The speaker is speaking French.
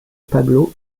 pablo